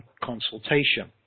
consultation